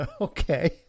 Okay